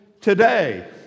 today